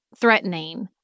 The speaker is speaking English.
threatening